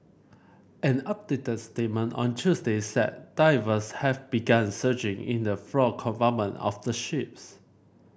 an updated statement on Tuesday said divers have begun searching in the flood compartment of the ships